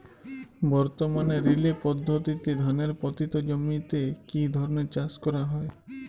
বর্তমানে রিলে পদ্ধতিতে ধানের পতিত জমিতে কী ধরনের চাষ করা হয়?